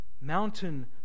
Mountain